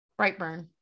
Brightburn